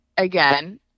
Again